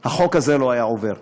החוק הזה לא היה עובר,